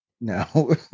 no